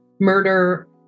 murder